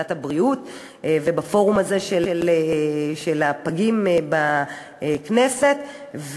בוועדת הבריאות ובפורום הזה למען הפגים בכנסת,